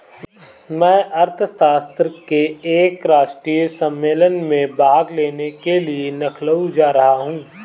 मैं अर्थशास्त्र के एक राष्ट्रीय सम्मेलन में भाग लेने के लिए लखनऊ जा रहा हूँ